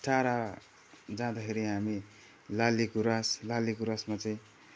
टाढा जाँदाखेरि हामी लाली गुँरास लाली गुँरासमा चाहिँ